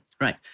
Right